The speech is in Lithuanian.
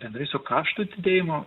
bendrai su kaštų didėjimu